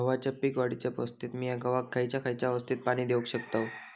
गव्हाच्या पीक वाढीच्या अवस्थेत मिया गव्हाक खैयचा खैयचा अवस्थेत पाणी देउक शकताव?